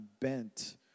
bent